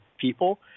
people